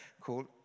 called